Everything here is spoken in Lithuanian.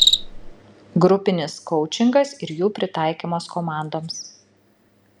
grupinis koučingas ir jų pritaikymas komandoms